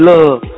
Love